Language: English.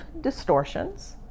distortions